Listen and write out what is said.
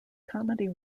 comedy